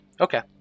Okay